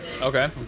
Okay